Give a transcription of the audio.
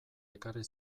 ekarri